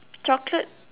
chocolate